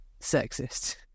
sexist